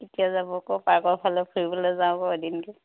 কেতিয়া যাব কওক পাৰ্কৰ ফালে ফুৰিবলৈ যাব এদিনকে